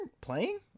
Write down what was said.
playing